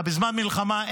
אתה בזמן מלחמה.